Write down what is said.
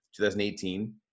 2018